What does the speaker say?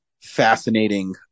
fascinating